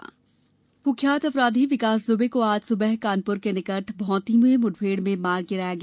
मिश्रा बयान कुख्यात अपराधी विकास दुबे को आज सुबह कानपुर के निकट भौंती में मुठभेड में मार गिराया गया